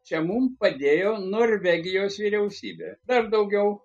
čia mum padėjo norvegijos vyriausybė dar daugiau